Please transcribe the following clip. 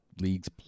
leagues